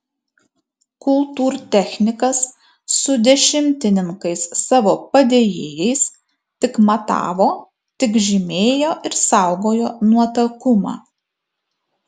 kultūrtechnikas su dešimtininkais savo padėjėjais tik matavo tik žymėjo ir saugojo nuotakumą